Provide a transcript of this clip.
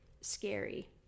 scary